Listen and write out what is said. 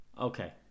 Okay